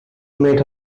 met